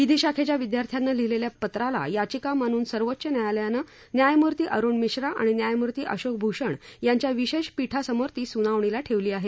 विधीशाखेच्या विद्यार्थ्याने लिहिलेल्या पत्राला याचिका मानून सर्वोच्च न्यायालयानं न्यायमूर्ती अरुण मिश्रा आणि न्यायमूर्ती अशोक भूषण यांच्या विशेष पीठासमोर ती सुनावणीला ठेवली आहे